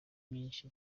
myinshi